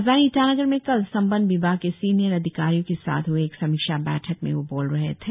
राजधानी ईटानगर में कल संबद्ध विभाग के सिनियर अधिकारियों के साथ हुए एक समीक्षा बैठक में वे बोल रहे थे